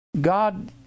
God